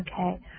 okay